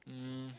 um